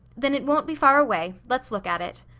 then it won't be far away. let's look at it.